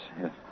yes